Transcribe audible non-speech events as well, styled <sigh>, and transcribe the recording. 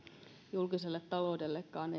julkiselle taloudellekaan <unintelligible>